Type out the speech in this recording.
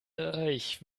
ich